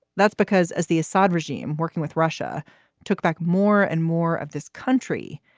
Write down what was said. that's because as the assad regime working with russia took back more and more of this country,